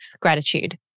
gratitude